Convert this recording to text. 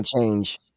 change